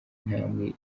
intambwe